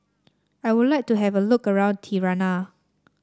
I would like to have a look around Tirana